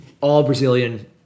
all-Brazilian